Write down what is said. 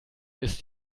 ist